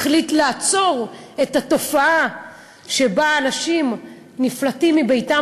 החליט לעצור את התופעה שאנשים נפלטים מביתם